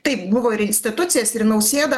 taip buvo ir į institucijas ir į nausėdą